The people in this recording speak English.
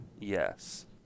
Yes